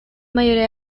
mayoría